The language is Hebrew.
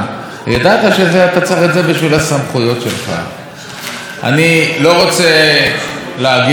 אולי הביקור בניו יורק היה מבחן של ראש הממשלה לנאמנות שלך,